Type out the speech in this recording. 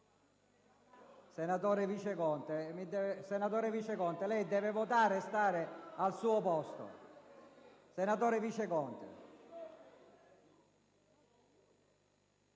Senatore Viceconte, lei deve votare e stare al suo posto. **Il Senato non